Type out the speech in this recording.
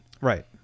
Right